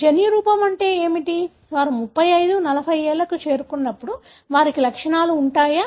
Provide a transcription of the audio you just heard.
జన్యురూపం అంటే ఏమిటి వారు 35 40 ఏళ్లకు చేరుకున్నప్పుడు వారికి లక్షణాలు ఉంటాయా